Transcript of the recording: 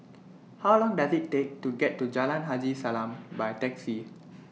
How Long Does IT Take to get to Jalan Haji Salam By Taxi